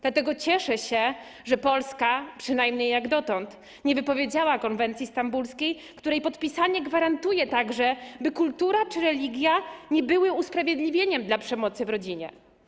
Dlatego cieszę się, że Polska - przynajmniej jak dotąd - nie wypowiedziała konwencji stambulskiej, której podpisanie gwarantuje także, by kultura czy religia nie były usprawiedliwieniem dla przemocy w rodzinie.